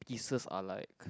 pieces are like